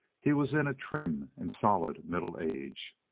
he was in a trim and solid middle age.